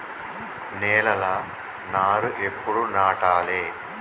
నేలలా నారు ఎప్పుడు నాటాలె?